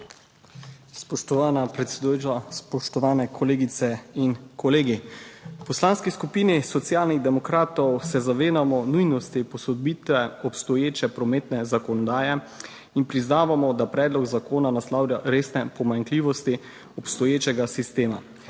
Spoštovana predsedujoča, spoštovane kolegice in kolegi! V Poslanski skupini Socialnih demokratov se zavedamo nujnosti posodobitve obstoječe prometne zakonodaje in priznavamo, da predlog zakona naslavlja resne pomanjkljivosti obstoječega sistema,